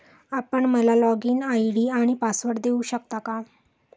आपण मला login ID आणि पासवर्ड देऊ शकता का?